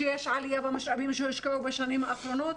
שיש עלייה במשאבים שהושקעו בשנים האחרונות,